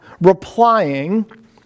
replying